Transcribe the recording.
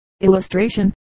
illustration